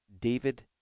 David